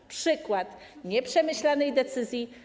To przykład nieprzemyślanej decyzji.